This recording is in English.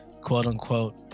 quote-unquote